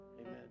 Amen